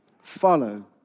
Follow